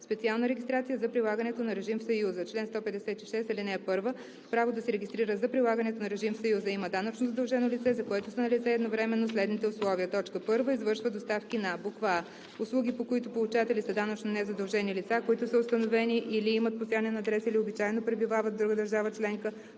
„Специална регистрация за прилагането на режим в Съюза Чл. 156. (1) Право да се регистрира за прилагането на режим в Съюза има данъчно задължено лице, за което са налице едновременно следните условия: 1. извършва доставки на: а) услуги, по които получатели са данъчно незадължени лица, които са установени или имат постоянен адрес или обичайно пребивават в друга държава членка,